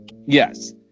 yes